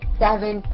seven